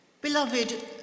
Beloved